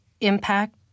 impact